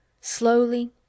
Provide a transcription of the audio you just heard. Slowly